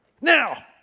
Now